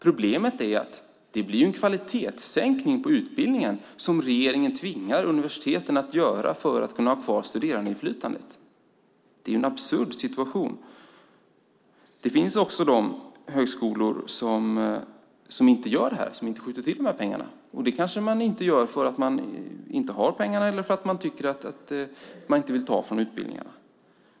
Problemet är att det ju blir en kvalitetssänkning på utbildningen som regeringen tvingar universiteten att göra för att kunna ha kvar studentinflytandet. Det är en absurd situation. Det finns också högskolor som inte skjuter till några pengar. Man kanske inte har pengarna eller också tycker man att man inte vill ta från utbildningarna.